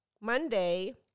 Monday